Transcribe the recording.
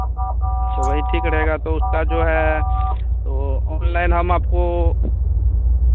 अच्छा वही ठीक रहेगा तो उसका जो है सो ऑनलाइन हम आपको